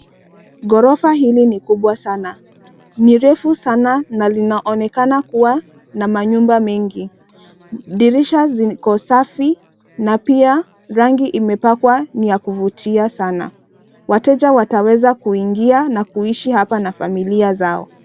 Ghorofa hili ni kubwa sana. Ni refu sana na linaonekana kuwa na nyumba nyingi . Dirisha ziko safi na pia rangi imepakwa ni ya kuvutia sana. Wateja wataweza kuingia na kuishi hapa na familia zao.